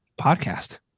podcast